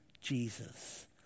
Jesus